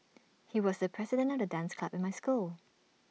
he was the president of the dance club in my school